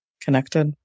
connected